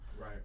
right